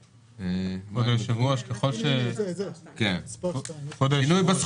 כרגע אין נתונים, לכן אין מה לקיים